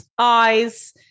eyes